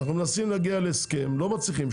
אנחנו מנסים להגיע להסכם, לא מצליחים.